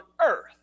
earth